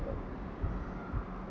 uh